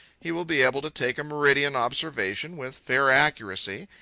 he will be able to take a meridian observation with fair accuracy,